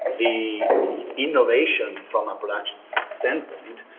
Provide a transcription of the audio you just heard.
the innovation from a production standpoint